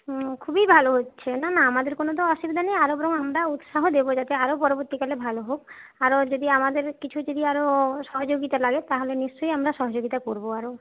খুবই ভালো হচ্ছে না না আমাদের কোনও তো অসুবিধা নেই আরো বরং আমরা উৎসাহ দেব যাতে আরও পরবর্তীকালে ভালো হোক আরো যদি আমাদের কিছু যদি আরও সহযোগিতা লাগে তাহলে নিশ্চয়ই আমরা সহযোগিতা করবো আরও